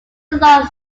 along